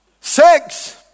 Sex